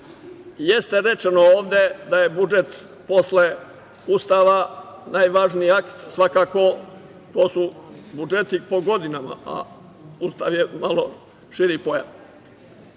jeste rečeno da je budžet, posle Ustava, najvažniji akt. Svakako, to su budžeti po godinama, a Ustav je malo širi pojam. Moram